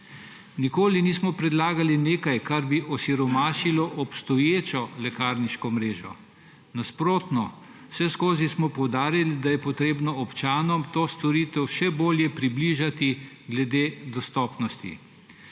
Nikoli nismo predlagali nekaj, kar bi osiromašilo obstoječo lekarniško mrežo. Nasprotno. Vseskozi smo poudarili, da je treba občanom to storitev še bolj približati glede dostopnosti.